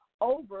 over